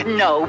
no